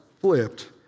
flipped